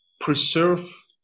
preserve